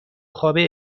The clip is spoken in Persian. خوابه